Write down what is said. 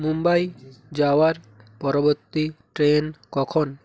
মুম্বাই যাওয়ার পরবর্তী ট্রেন কখন